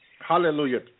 Hallelujah